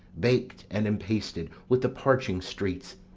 bak'd and impasted with the parching streets,